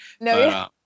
No